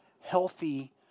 healthy